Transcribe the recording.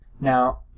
Now